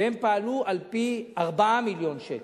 והם פעלו על-פי 4 מיליון שקל,